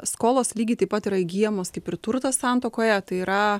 skolos lygiai taip pat yra įgyjamos kaip ir turtas santuokoje tai yra